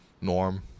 Norm